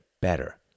better